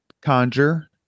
conjure